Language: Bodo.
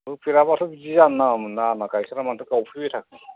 होफेराबाथ' बिदि जानो नाङामोन ना आंना गाइखेरा मानोथो गावफैबाय थाखो